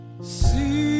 See